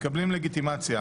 מקבלים לגיטימציה,